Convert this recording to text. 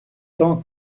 tant